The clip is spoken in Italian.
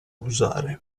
usare